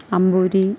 Amboori